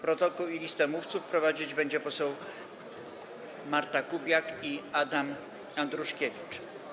Protokół i listę mówców prowadzić będą posłowie Marta Kubiak i Adam Andruszkiewicz.